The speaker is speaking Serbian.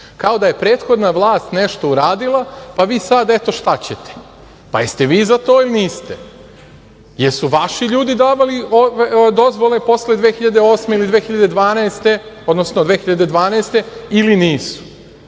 kao da je prethodna vlast nešto uradila pa vi sada, eto šta ćete. Pa jeste vi za to ili niste, jesu vaši ljudi davali dozvole posle 2008. godine ili 2012.